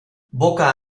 boca